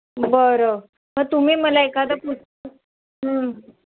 बरं मग तुम्ही मला एखादं पुस्